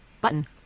Button